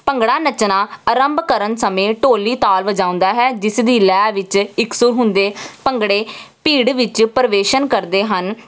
ਭੰਗੜਾ ਨੱਚਣਾ ਆਰੰਭ ਕਰਨ ਸਮੇਂ ਢੋਲੀ ਤਾਲ ਵਜਾਉਂਦਾ ਹੈ ਜਿਸ ਦੀ ਲੈਅ ਵਿੱਚ ਇੱਕ ਸੁਰ ਹੁੰਦੇ ਭੰਗੜੇ ਭੀੜ ਵਿੱਚ ਪ੍ਰਵੇਸ਼ਨ ਕਰਦੇ ਹਨ